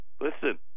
Listen